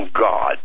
God